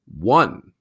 one